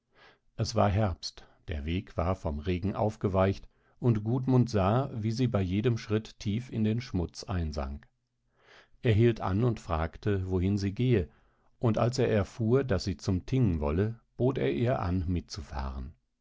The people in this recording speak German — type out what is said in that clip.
es war herbst der weg war vom regen aufgeweicht und gudmund sah wie sie bei jedem schritt tief in den schmutz einsank er hielt an und fragte wohin sie gehe und als er erfuhr daß sie zum thing wolle bot er ihr an mitzufahren